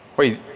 wait